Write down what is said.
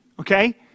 okay